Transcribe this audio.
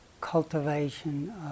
Cultivation